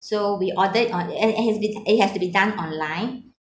so we ordered on and it has been it has to be done online